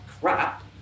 crap